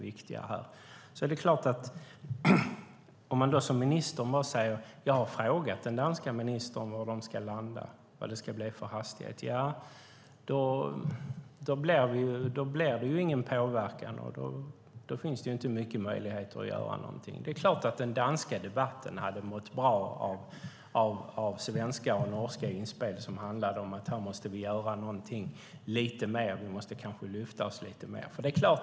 Ministern säger att hon har frågat den danska ministern vilken hastighet det ska vara fråga om. Men då blir det ingen påverkan, och då finns inte många möjligheter att göra något. Det är klart att den danska debatten hade mått bra av svenska och norska inspel som handlar om att lyfta oss lite mer.